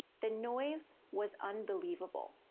the noise was unbelievable.